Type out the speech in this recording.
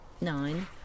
nine